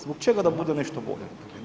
Zbog čega da bude nešto bolje?